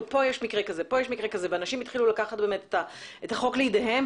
לדווח על מקרים כאלה פה ושם ואנשים התחילו לקחת באמת את החוק לידיהם.